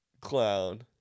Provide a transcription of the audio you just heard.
Clown